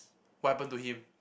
what happened to him